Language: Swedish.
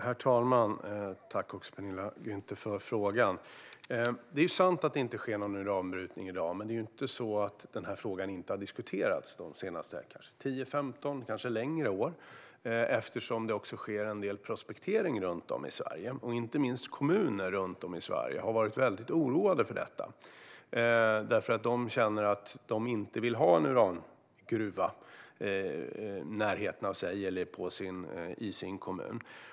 Herr talman! Jag tackar Penilla Gunther för frågan. Det är sant att det inte sker någon uranbrytning i dag, men frågan har diskuterats under de senaste 10-15 åren och kanske längre tid än så, eftersom det sker en del prospektering runt om i Sverige. Inte minst har kommuner runt om i Sverige varit väldigt oroade för detta. De känner att de inte vill ha en urangruva i närheten av sig eller i sin kommun.